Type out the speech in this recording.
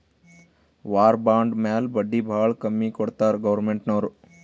war bond ಮ್ಯಾಲ ಬಡ್ಡಿ ಭಾಳ ಕಮ್ಮಿ ಕೊಡ್ತಾರ್ ಗೌರ್ಮೆಂಟ್ನವ್ರು